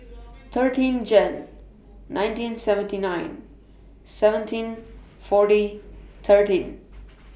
thirteen Jane nineteen seventy nine seventeen forty thirteen